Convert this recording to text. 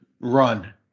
run